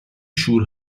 شور